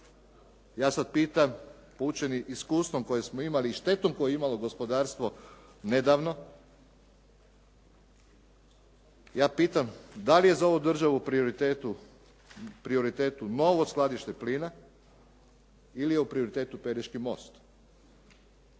Ja sad pitam, poučeni iskustvom koje smo imali i štetom koju je imalo gospodarstvo nedavno, ja pitam da li je za ovu državu u prioritetu novo skladište plina ili je u prioritetu Pelješki most?